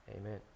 Amen